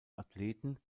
athleten